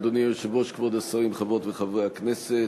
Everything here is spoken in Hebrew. אדוני היושב-ראש, כבוד השרים, חברות וחברי הכנסת,